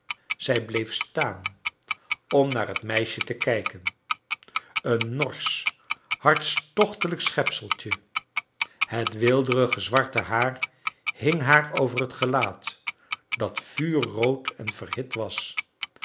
zij bleef staan om naar het meisje te kijken een norsch hartstochtelijk schepselt je het weelderige zvarte haar hing haar over het gelaat dat vuurrood en verhit was